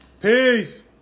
Peace